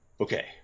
okay